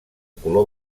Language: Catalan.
color